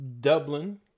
Dublin